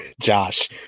Josh